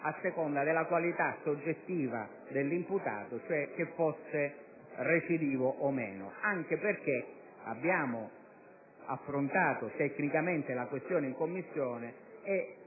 a seconda della qualità soggettiva dell'imputato, cioè che fosse recidivo o no. Abbiamo affrontato tecnicamente il problema in Commissione e